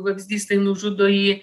vabzdys tai nužudo jį